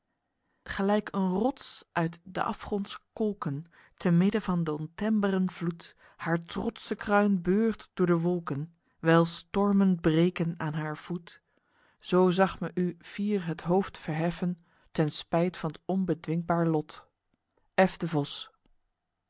gelyk een rots uit d'afgronds kolken te midden van d'ontembren vloed haer trotsche kruin beurt door de wolken wyl stormen breken aen haer voet zoo zag m u fier het hoofd verheffen ten spyt van t onbedwingbaer lot f de vos